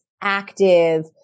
active